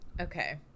Okay